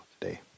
today